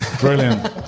Brilliant